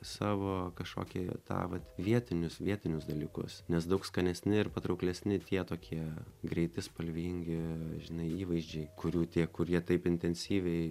savo kažkokį tą vat vietinius vietinius dalykus nes daug skanesni ir patrauklesni tie tokie greiti spalvingi žinai įvaizdžiai kurių tie kurie taip intensyviai